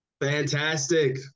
Fantastic